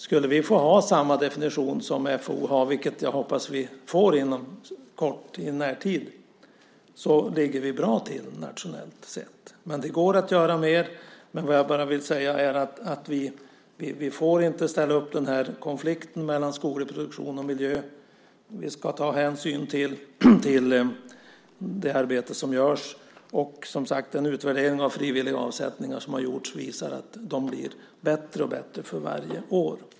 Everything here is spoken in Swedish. Skulle vi få ha samma definition som FAO har, vilket jag hoppas vi får i närtid, ligger vi bra till nationellt sett. Men det går att göra mer. Det jag vill säga är bara att vi inte får ställa upp den här konflikten mellan skoglig produktion och miljö. Vi ska ta hänsyn till det arbete som görs. Och en utvärdering av frivilliga avsättningar som har gjorts visar, som sagt, att de blir bättre och bättre för varje år.